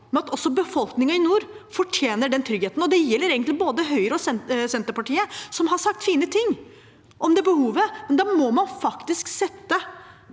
med at også befolkningen i nord fortjener den tryggheten. Det gjelder egentlig både Høyre og Senterpartiet, som har sagt fine ting om det behovet. Da må man faktisk sette